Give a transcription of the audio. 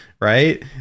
right